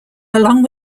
along